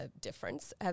difference